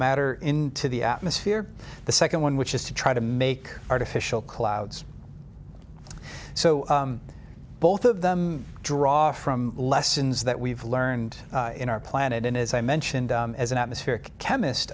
matter into the atmosphere the second one which is to try to make artificial clouds so both of them draw from lessons that we've learned in our planet and as i mentioned as an atmospher